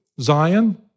Zion